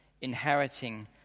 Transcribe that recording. inheriting